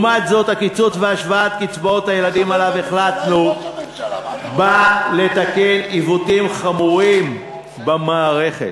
הקיצוץ בקצבאות הילדים שעליו החלטנו בא לתקן עיוותים חמורים במערכת.